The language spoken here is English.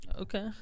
Okay